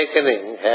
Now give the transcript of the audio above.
awakening